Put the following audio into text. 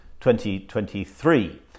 2023